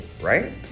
Right